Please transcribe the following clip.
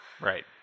Right